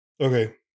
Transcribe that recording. Okay